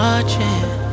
Watching